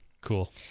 Cool